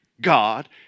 God